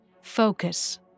Focus